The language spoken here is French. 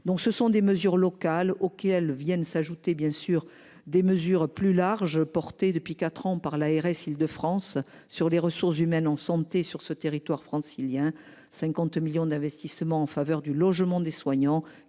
Donc ce sont des mesures locales auxquelles viennent s'ajouter bien sûr des mesures plus larges portés depuis 4 ans par l'ARS Île-de-France sur les ressources humaines en santé sur ce territoire francilien. 50 millions d'investissements en faveur du logement des soignants